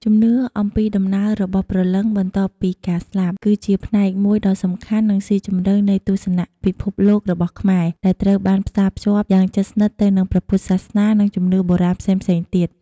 ជំនឿអំពីដំណើររបស់ព្រលឹងបន្ទាប់ពីការស្លាប់ គឺជាផ្នែកមួយដ៏សំខាន់ និងស៊ីជម្រៅនៃទស្សនៈពិភពលោករបស់ខ្មែរ ដែលត្រូវបានផ្សារភ្ជាប់យ៉ាងជិតស្និទ្ធទៅនឹងព្រះពុទ្ធសាសនា និងជំនឿបុរាណផ្សេងៗទៀត។